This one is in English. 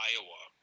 Iowa